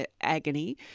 agony